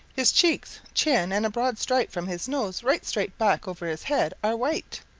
his cheeks, chin and a broad stripe from his nose right straight back over his head are white.